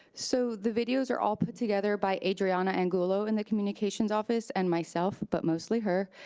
so the videos are all put together by adriana angulo in the communications office and myself, but mostly her.